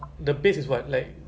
okay then